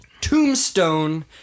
Tombstone